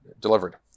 delivered